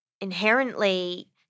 inherently